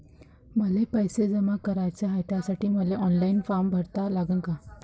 मले पैसे जमा कराच हाय, त्यासाठी मले ऑनलाईन फारम भरा लागन का?